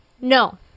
No